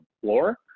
floor